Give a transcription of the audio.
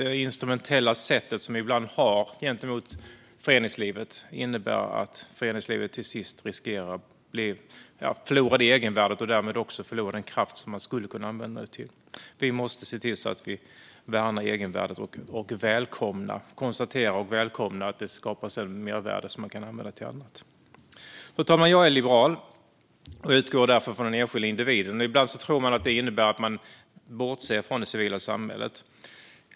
Det instrumentella sätt som man ibland har gentemot föreningslivet innebär att det i slutändan riskerar att förlora sitt egenvärde och därmed den kraft som man skulle kunna använda det till. Vi måste se till att egenvärdet värnas och konstatera och välkomna att det skapas ett mervärde som kan användas till annat. Fru talman! Jag är liberal och utgår därför från den enskilda individen. Ibland tror man att det innebär att bortse från det civila samhället.